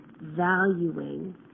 valuing